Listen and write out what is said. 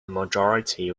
majority